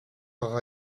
par